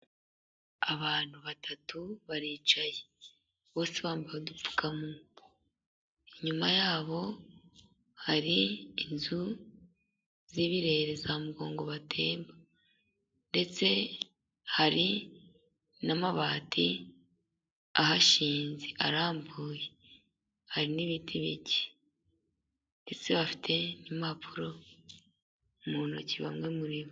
Abantu batatu baricaye, bose bambaye udupfukamunwa, inyuma yabo hari inzu z'ibirere za mugongobatemba ndetse hari n'amabati ahashinze arambuye, hari n'ibiti bike, ndetse bafite n'impapuro mu ntoki bamwe muri bo.